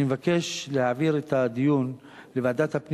אני מבקש להעביר את הדיון לוועדת הפנים